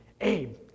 Abe